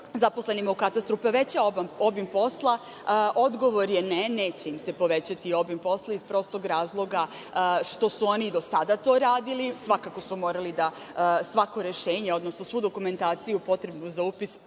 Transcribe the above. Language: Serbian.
zaposlenima u Katastru poveća obim posla? Odgovor je ne. Neće im se povećati obim posla iz prostog razloga što su oni i do sada to radili. Svakako su morali da svako rešenje, odnosno svu dokumentaciju potrebnu za upis